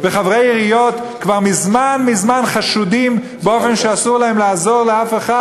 חברי עיריות כבר מזמן מזמן חשודים באופן שאסור להם לעזור לאף אחד.